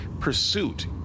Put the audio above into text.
pursuit